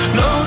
no